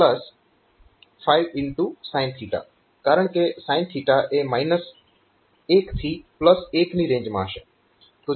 કારણકે sin એ 1 થી 1 ની રેન્જમાં હશે